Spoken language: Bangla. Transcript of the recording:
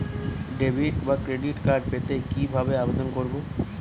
ডেবিট বা ক্রেডিট কার্ড পেতে কি ভাবে আবেদন করব?